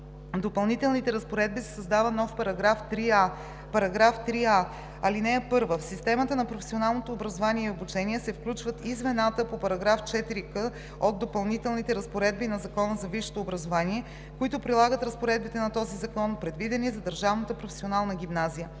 Допълнителните разпоредби се създава нов § 3а: „§ 3а. (1) В системата на професионалното образование и обучение се включват и звената по § 4к от Допълнителните разпоредби на Закона за висшето образование, които прилагат разпоредбите на този закон, предвидени за